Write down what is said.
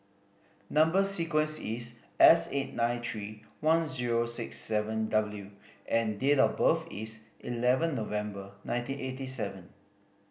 number sequence is S eight nine three one zero six seven W and date of birth is eleven November nineteen eighty seven